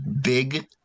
big